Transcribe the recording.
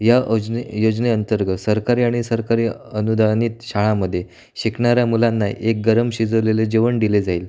ह्या ओजने योजने अंतर्गत सरकारी आणि सरकारी अनुदानित शाळांमध्ये शिकणाऱ्या मुलांना एक गरम शिजवलेलं जेवण दिले जाईल